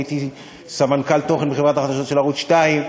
הייתי סמנכ"ל תוכן בחברת החדשות של ערוץ 2,